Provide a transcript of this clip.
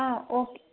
ஆ okay